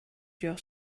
your